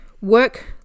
work